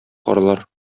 карлар